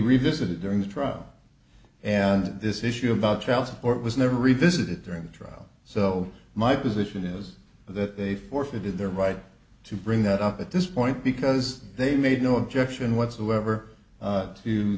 revisited during the trial and this issue about child support was never revisit during the trial so my position is that they forfeited their right to bring that up at this point because they made no objection whatsoever